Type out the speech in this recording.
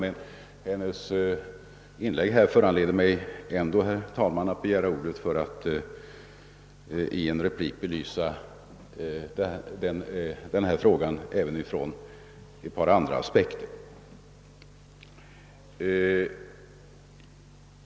Fru Kristenssons inlägg föranleder mig emellertid att begära ordet för att belysa denna fråga även ur ett par andra aspekter.